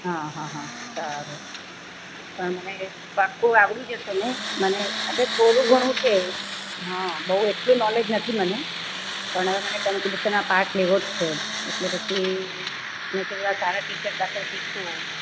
હાં હાં હાં સારું પણ મને પાકું આવડી જશે ને મને થોડું ઘણું છે હા બહુ એટલું નોલેજ નથી મને પણ મને હવે કોમ્પિટિશનમાં પાર્ટ લેવો જ છે એટલે પછી મેં કીધું કે સારા ટીચર પાસે શીખું